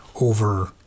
over